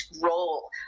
role